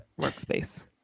workspace